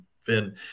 fin